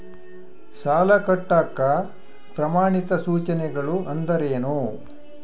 ಸಾಲ ಕಟ್ಟಾಕ ಪ್ರಮಾಣಿತ ಸೂಚನೆಗಳು ಅಂದರೇನು?